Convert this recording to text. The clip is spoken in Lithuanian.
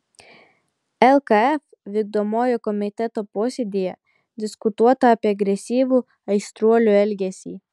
lkf vykdomojo komiteto posėdyje diskutuota apie agresyvų aistruolių elgesį